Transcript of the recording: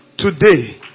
Today